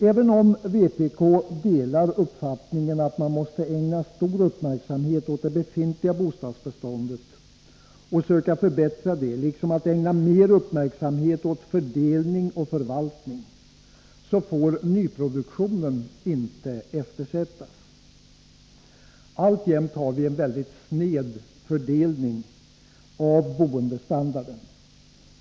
Även om vpk delar uppfattningen att man måste ägna stor uppmärksamhet åt det befintliga bostadsbeståndet och söka förbättra detta, liksom man måste ägna mera uppmärksamhet åt fördelning och förvaltning, får nyproduktionen inte eftersättas. Alltjämt har vi en mycket sned fördelning av boendestandarden.